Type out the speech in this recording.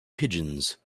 pigeons